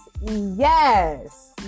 yes